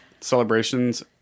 celebrations